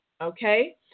Okay